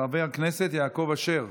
חבר הכנסת יעקב אשר,